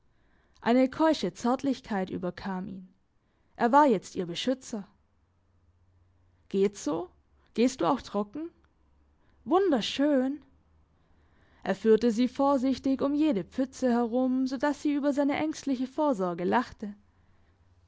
eine keusche zärtlichkeit überkam ihn er war jetzt ihr beschützer geht's so gehst du auch trocken wunderschön er führte sie vorsichtig um jede pfütze herum so dass sie über seine ängstliche vorsorge lachte